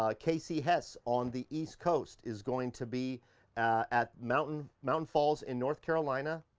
um kasey hess on the east coast is going to be at mountain mountain falls in north carolina,